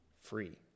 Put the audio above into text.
free